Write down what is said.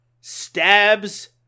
stabs